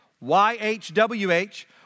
Y-H-W-H